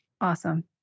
Awesome